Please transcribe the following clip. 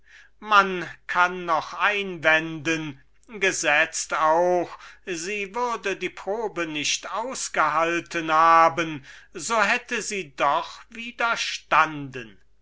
man könnte sagen gesetzt auch sie würde die probe nicht ausgehalten haben so hätte sie doch